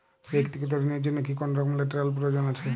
ব্যাক্তিগত ঋণ র জন্য কি কোনরকম লেটেরাল প্রয়োজন আছে?